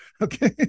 okay